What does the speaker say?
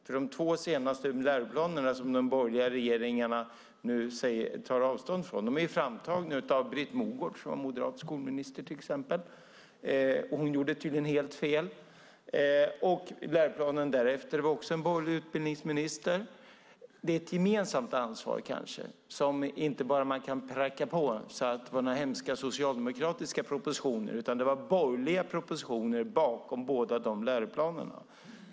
För de två senaste läroplanerna, som den borgerliga regeringen nu tar avstånd från, är ju framtagna av de borgerliga. Det var till exempel Britt Mogård, som var moderat skolminister. Hon gjorde tydligen helt fel. När det gäller läroplanen därefter var det också en borgerlig utbildningsminister. Det är kanske ett gemensamt ansvar. Man kan inte bara pracka på och säga att det var några hemska socialdemokratiska propositioner, utan det var borgerliga propositioner bakom båda de här läroplanerna.